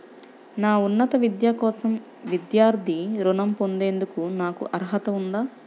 నా ఉన్నత విద్య కోసం విద్యార్థి రుణం పొందేందుకు నాకు అర్హత ఉందా?